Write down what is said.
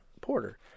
Porter